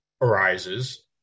arises